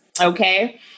Okay